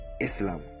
Islam